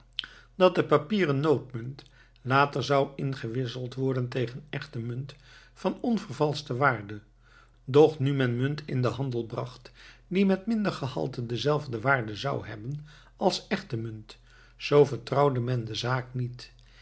dat de papieren noodmunt later zou ingewisseld worden tegen echte munt van onvervalschte waarde doch nu men munt in den handel bracht die met minder gehalte dezelfde waarde zou hebben als echte munt zoo vertrouwde men de zaak niet